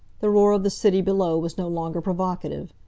the roar of the city below was no longer provocative.